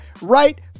right